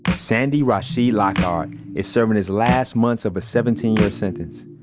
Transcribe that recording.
ah sandy rashid lockheart is serving his last months of a seventeen year sentence.